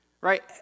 right